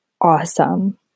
awesome